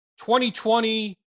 2020